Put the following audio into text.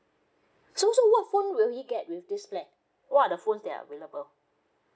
so so what phone will he get with this plan what are the phones there are available